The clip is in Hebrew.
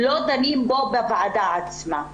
לא דנים בו בוועדה עצמה.